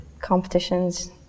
Competitions